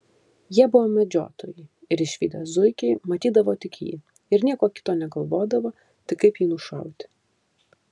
jie buvo medžiotojai ir išvydę zuikį matydavo tik jį ir nieko kito negalvodavo tik kaip jį nušauti